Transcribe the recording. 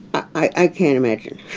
i can't imagine.